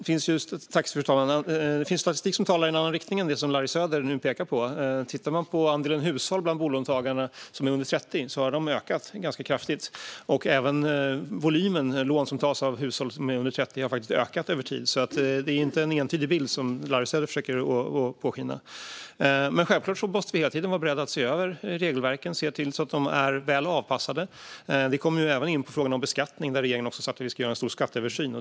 Fru talman! Det finns statistik som talar i en annan riktning än det som Larry Söder pekar på. Tittar man på andelen hushåll bland bolånetagarna under 30 kan man se att de har ökat ganska kraftigt. Även volymen lån som tas av hushåll som är under 30 har ökat över tid. Det är alltså inte en entydig bild, som Larry Söder försöker ge sken av. Vi måste självklart hela tiden vara beredda att se över regelverken och se till att de är väl avpassade. Det leder oss in på frågan om beskattning, där regeringen också har sagt att vi ska göra en skatteöversyn.